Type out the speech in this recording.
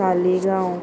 Taleigao